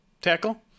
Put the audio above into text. tackle